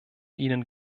ihnen